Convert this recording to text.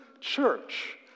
Church